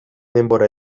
denbora